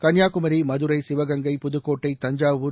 Kanyakumari Madurai Sivaganga Pudukkottai Thanjavur